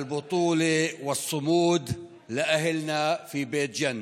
לאכיפה ארצית כדי לחלק צווי הריסה על מבנים חקלאיים בבית ג'ן.